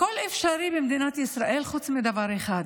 הכול אפשרי במדינת ישראל חוץ מדבר אחד